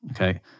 Okay